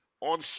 on